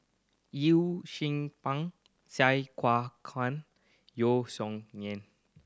Yew Pun Sai Kua Kuan Yeo Song Nian